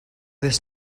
this